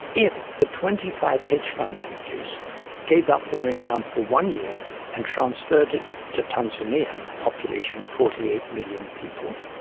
if the twenty five hedge fund managers gave up their income for one year and transferred it to tanzania, population forty eight million people,